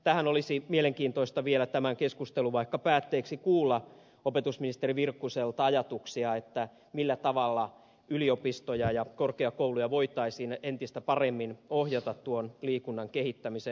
tähän olisi mielenkiintoista vaikka vielä tämän keskustelun päätteeksi kuulla opetusministeri virkkuselta ajatuksia siitä millä tavalla yliopistoja ja korkeakouluja voitaisiin entistä paremmin ohjata tuon liikunnan kehittämiseen